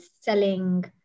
selling